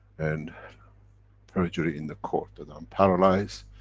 and perjury in the court that i'm paralyzed,